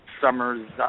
Summers